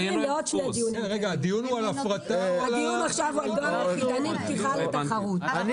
הדיון עכשיו הוא על פתיחה לתחרות של דואר יחידני.